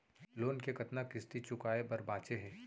Loan के कतना किस्ती चुकाए बर बांचे हे?